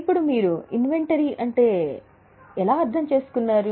ఇప్పుడు మీరు ఇన్వెంటరీ ద్వారా ఏమి అర్థం చేసుకుంటారు